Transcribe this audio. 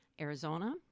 Arizona